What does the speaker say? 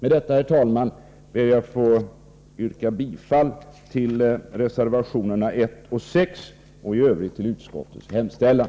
Med detta, herr talman, ber jag att få yrka bifall till reservationerna 1 och 6 och i övrigt till utskottets hemställan.